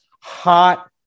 hot